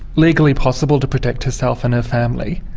legally possible to protect herself and her family.